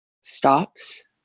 stops